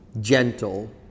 gentle